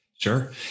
Sure